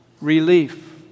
Relief